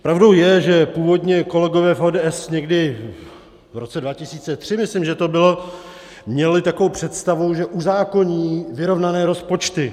Pravdou je, že původně kolegové v ODS někdy v roce 2003, myslím, že to bylo, měli takovou představu, že uzákoní vyrovnané rozpočty.